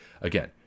Again